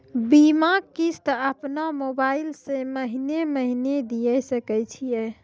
बीमा किस्त अपनो मोबाइल से महीने महीने दिए सकय छियै?